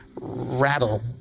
rattle